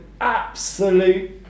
absolute